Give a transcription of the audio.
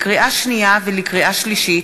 לקריאה שנייה ולקריאה שלישית: